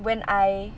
when I